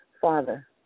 father